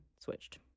switched